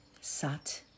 Sat